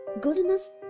goodness